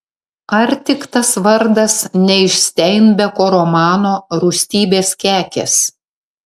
ar tik tas vardas ne iš steinbeko romano rūstybės kekės